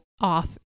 off